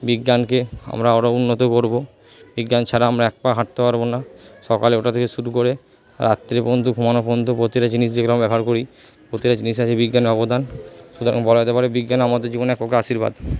বিজ্ঞানকে আমরা আরও উন্নত করবো বিজ্ঞান ছাড়া আমরা এক পা হাঁটতে পারবো না সকালে ওঠা থেকে শুরু করে রাত্তিরে পর্যন্ত ঘুমানো পর্যন্ত প্রতিটা জিনিস যেগুলো আমি ব্যবহার করি প্রতিটা জিনিসে আছে বিজ্ঞানের অবদান সুতরাং বলা যেতে পারে বিজ্ঞান আমাদের জীবনের পক্ষে আশীর্বাদ